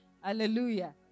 Hallelujah